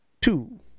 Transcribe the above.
Two